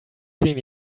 seen